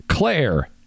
claire